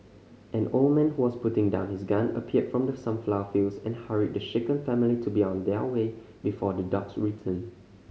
an old man who was putting down his gun appeared from the sunflower fields and hurried the shaken family to be on their way before the dogs return